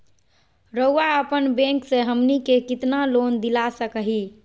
रउरा अपन बैंक से हमनी के कितना लोन दिला सकही?